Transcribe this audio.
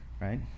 Right